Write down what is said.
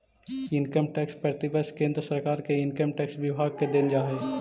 income tax प्रतिवर्ष केंद्र सरकार के इनकम टैक्स विभाग के देल जा हई